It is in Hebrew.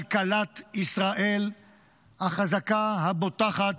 כלכלת ישראל החזקה, הבוטחת,